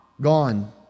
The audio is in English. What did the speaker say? gone